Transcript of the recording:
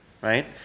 right